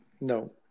No